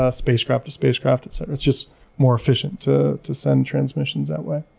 ah spacecraft to spacecraft, et cetera. it's just more efficient to to send transmissions that way.